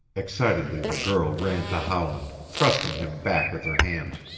excitedly the girl ran to howland, thrusting him back with her hands.